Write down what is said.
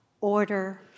order